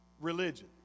religion